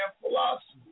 philosophy